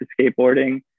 skateboarding